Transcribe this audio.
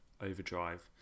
overdrive